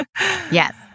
Yes